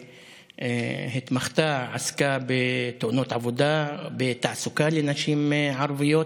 שעסקה בתאונות עבודה ובתעסוקה לנשים ערביות.